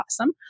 awesome